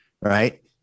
Right